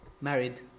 married